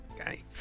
Okay